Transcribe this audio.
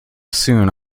soon